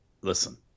Listen